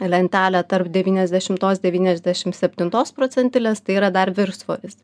lentelę tarp devyniasdešimtos devyniasdešim septintos procentilės tai yra dar viršsvoris